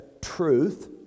truth